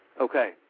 Okay